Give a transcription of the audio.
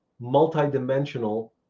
multidimensional